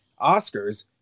Oscars